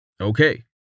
Okay